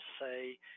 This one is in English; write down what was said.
say